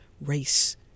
race